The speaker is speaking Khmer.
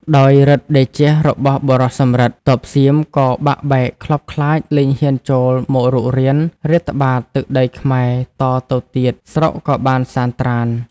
ដោយឫទ្ធិតេជះរបស់បុរសសំរិទ្ធ ទ័ពសៀម ក៏បាក់បែកខ្លបខ្លាចលែងហ៊ានចូលមករុករានរាតត្បាតទឹកដីខ្មែរតទៅទៀតស្រុកក៏បានសានត្រាណ ។